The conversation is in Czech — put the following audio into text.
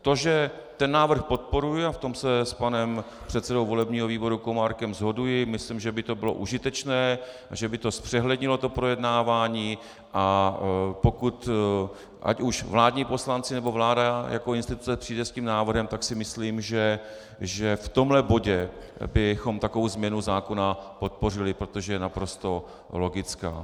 To, že ten návrh podporuji, a v tom se s panem předsedou volebního výboru Komárkem shoduji, myslím, že by to bylo užitečné a že by to zpřehlednilo to projednávání, a pokud ať už vládní poslanci, nebo vláda jako instituce přijde s tím návrhem, tak si myslím, že v tomhle bodě bychom takovou změnu zákona podpořili, protože je naprosto logická.